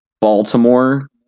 Baltimore